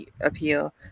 Appeal